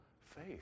faith